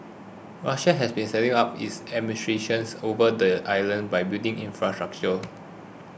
Russia has been stepping up its administrations over the island by building infrastructure